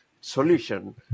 solution